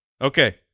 Okay